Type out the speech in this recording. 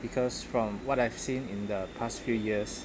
because from what I've seen in the past few years